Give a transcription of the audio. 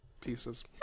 pieces